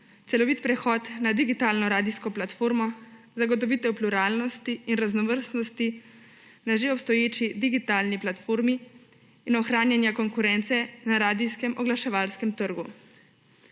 celovit prehod na digitalno radijsko platformo, zagotovitev pluralnosti in raznovrstnosti na že obstoječi digitalni platformi in ohranjanja konkurence na radijskem oglaševalskem trgu.